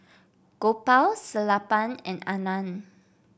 Gopal Sellapan and Anand